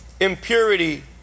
impurity